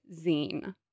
zine